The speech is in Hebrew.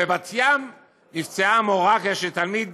בבת ים נפצעה מורה כשתלמיד